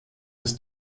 des